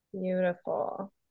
Beautiful